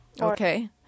Okay